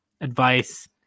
advice